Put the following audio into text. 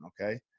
Okay